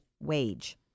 wage